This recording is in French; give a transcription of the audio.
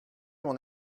mon